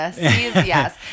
yes